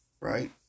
right